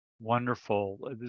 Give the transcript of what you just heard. Wonderful